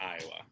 Iowa